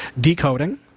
decoding